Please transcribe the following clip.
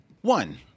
One